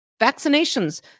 vaccinations